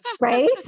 Right